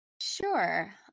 Sure